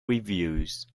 reviews